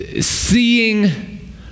Seeing